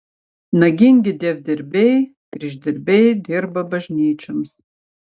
nagingi dievdirbiai kryždirbiai dirba bažnyčioms